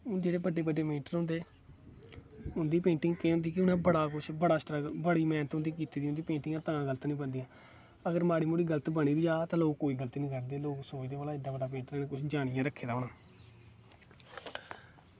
हून जेह्ड़े बड्डे बड्डे पेंटर होंदे उं'दी पेंटिंग केह् होंदी कि उ'नें बड़ा स्ट्रगल बड़ी मैह्नत होंदी कीती दी ते उं'दी पेंटिंग तां गल्त निं बनदी अगर उं'दी गल्त बनी बी जा ते लोग उ'नें गी गलत निं करदे ते सोचदे एड्डा बड्डा पेंटर जानी गै रक्खे दा होना